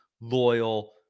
loyal